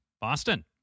Boston